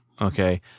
Okay